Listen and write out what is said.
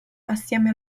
assieme